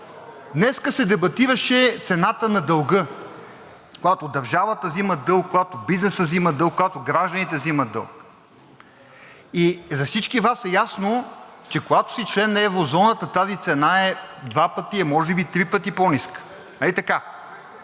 днес се дебатираше цената на дълга. Когато държавата взима дълг, когато бизнесът взима дълг, когато гражданите взимат дълг, за всички Вас е ясно, че когато си член на еврозоната, тази цена е два пъти, а може би и три пъти по-ниска, ей така.